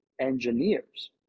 engineers